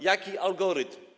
Jaki algorytm?